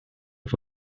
for